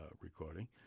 recording